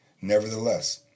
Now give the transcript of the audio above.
Nevertheless